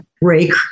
break